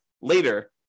later